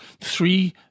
three